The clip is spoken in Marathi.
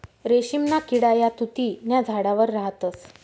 रेशीमना किडा या तुति न्या झाडवर राहतस